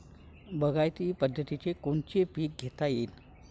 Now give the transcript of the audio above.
बागायती पद्धतीनं कोनचे पीक घेता येईन?